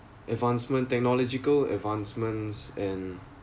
advancement technological advancements and